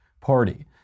party